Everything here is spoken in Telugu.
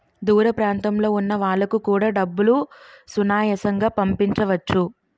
దూర ప్రాంతంలో ఉన్న వాళ్లకు కూడా డబ్బులు సునాయాసంగా పంపించవచ్చు